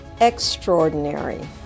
extraordinary